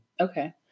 okay